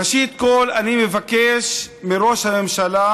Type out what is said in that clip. ראשית כול, אני מבקש מראש הממשלה,